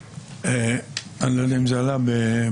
אני לא יודע אם זה עלה בהיעדרי,